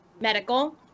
medical